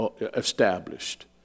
established